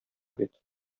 бит